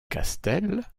castel